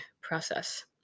process